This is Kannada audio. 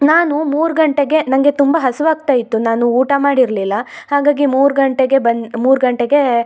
ನಾನು ಮೂರು ಗಂಟೆಗೆ ನನಗೆ ತುಂಬ ಹಸಿವಾಗ್ತಾಯಿತ್ತು ನಾನು ಊಟ ಮಾಡಿರಲಿಲ್ಲ ಹಾಗಾಗಿ ಮೂರು ಗಂಟೆಗೆ ಬನ್ ಮೂರು ಗಂಟೆಗೇ